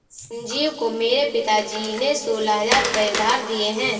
संजीव को मेरे पिताजी ने सोलह हजार रुपए उधार दिए हैं